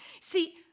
See